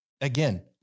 Again